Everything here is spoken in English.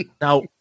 Now